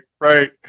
Right